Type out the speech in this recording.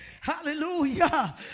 Hallelujah